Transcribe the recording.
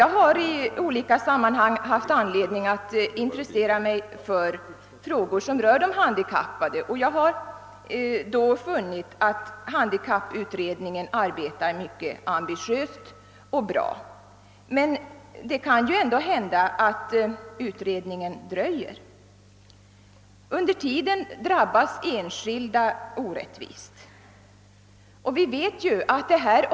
Jag har i olika sammanhang haft anledning att intressera mig för frågor som rör de handikappade och därvid funnit att handikapputredningen arbetar mycket ambitiöst och bra, men det kan ändå dröja innan utredningen är klar med sitt arbete, och under tiden drabbas enskilda människor orättvist.